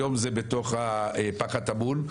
היום זה בתוך הפח הטמון,